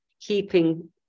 keeping